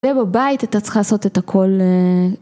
זה בבית הייתה צריכה לעשות את הכל